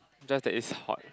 just that it's hot